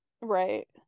right